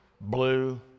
blue